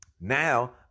Now